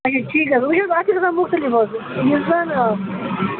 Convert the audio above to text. اچھا ٹھیٖک حظ وچھ حظ اتھ چھِ گَژھان مُختَلِف حظ